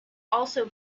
also